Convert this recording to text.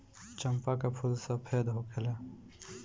चंपा के फूल सफेद होखेला